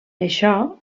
això